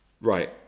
Right